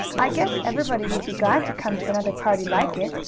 i guess everybody would be glad to come to another party like it,